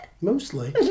Mostly